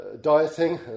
dieting